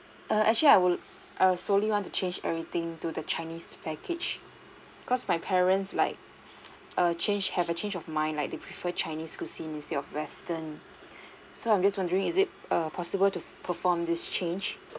err actually I would I solely want to change everything to the chinese package cause my parents like err change have a change of mind like they prefer chinese cuisine instead of western so I'm just wondering is it err possible to perform this change